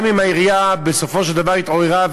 גם אם העירייה בסופו של דבר התעוררה,